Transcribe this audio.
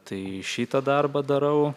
tai šitą darbą darau